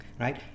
right